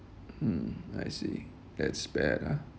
mm I see that's bad ah